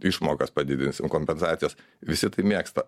išmokas padidinsim kompensacijas visi tai mėgsta